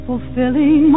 Fulfilling